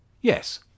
Yes